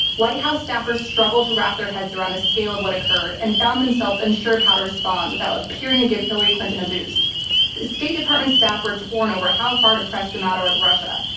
white house staffers struggled to wrap their heads around the scale of what occurred and found themselves unsure of how to respond without appearing to give hillary clinton a boost. the state department's staff were torn over how far to press the matter with russia,